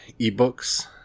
eBooks